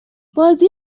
بازی